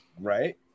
Right